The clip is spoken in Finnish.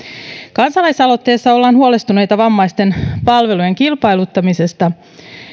kansalaisaloitteessa ollaan huolestuneita vammaisten palvelujen kilpailuttamisesta